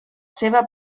seva